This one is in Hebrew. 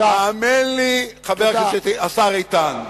האמן לי, השר איתן,